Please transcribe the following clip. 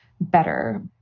better